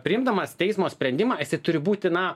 priimdamas teismo sprendimą jisai turi būti na